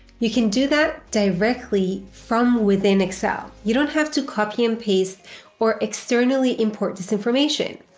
you can do that directly from within excel. you don't have to copy and paste or externally import this information.